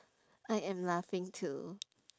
I am laughing too